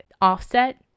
offset